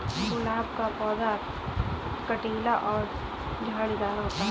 गुलाब का पौधा कटीला और झाड़ीदार होता है